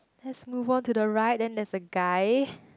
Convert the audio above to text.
lets move on to the right then there's a guy